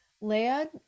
Leah